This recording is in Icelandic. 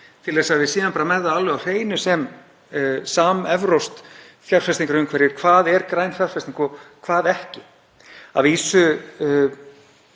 til að við séum með það alveg á hreinu sem samevrópskt fjárfestingarumhverfi hvað er græn fjárfesting og hvað ekki. Að vísu